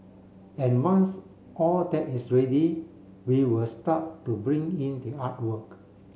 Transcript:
and once all that is ready they will start to bring in the artwork